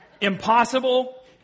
Impossible